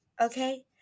okay